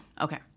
Okay